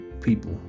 people